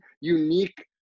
unique